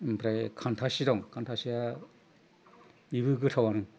ओमफ्राय खान्थासि दं खान्थासिया बेबो गोथावानो